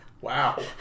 Wow